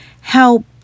help